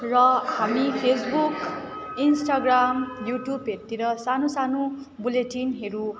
र हामी Facebook Instagram युट्युबहरूतिर सानो सानो बुलेटिनहरू